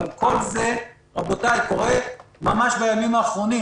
אבל כל זה, רבותיי, קורה ממש בימים האחרונים.